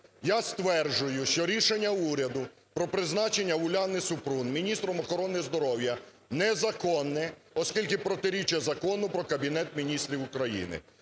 Я стверджую, що рішення уряду про призначення УляниСупурун міністром охорони здоров'я незаконне, оскільки протирічить Закону "Про Кабінет Міністрів України".